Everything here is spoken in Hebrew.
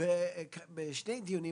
בשני דיונים,